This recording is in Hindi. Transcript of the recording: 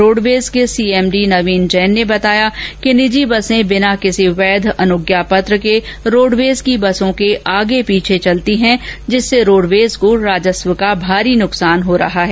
रोडवेज के सीएमडी नवीन जैन ने बताया कि निजि बसें बिना किसी वैध अनुज्ञापत्र के रोडवेज की बसों के आगे पीछे चलती है जिससे रोडवेज को राजस्व का भारी नुकसान उठाना पड़े रहा है